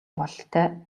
бололтой